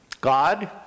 God